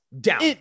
Down